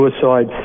suicide